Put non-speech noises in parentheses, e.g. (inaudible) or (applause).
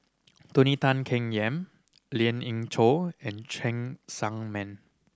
Tony Tan Keng Yam Lien Ying Chow and Cheng (unintelligible) Man